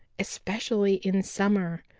especially in summer.